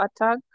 attack